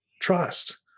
trust